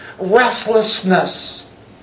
restlessness